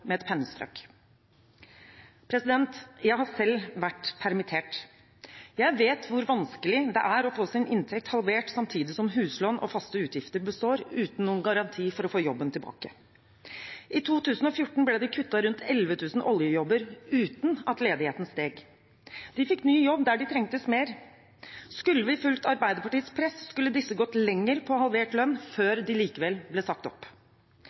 med et pennestrøk. Jeg har selv vært permittert. Jeg vet hvor vanskelig det er å få sin inntekt halvert samtidig som huslån og faste utgifter består, uten noen garanti for å få jobben tilbake. I 2014 ble det kuttet rundt 11 000 oljejobber uten at ledigheten steg. De fikk ny jobb der de trengtes mer. Skulle vi fulgt Arbeiderpartiets press, skulle disse gått lenger på halvert lønn før de likevel ble sagt opp.